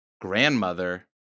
grandmother